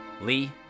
Lee